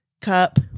cup